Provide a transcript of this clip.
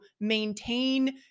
maintain